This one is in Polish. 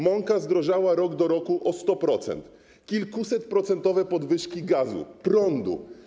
Mąka zdrożała rok do roku o 100%, są kilkusetprocentowe podwyżki cen gazu, prądu.